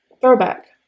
Throwback